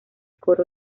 coro